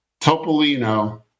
Topolino